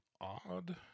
odd